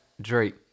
Drake